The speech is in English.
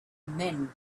men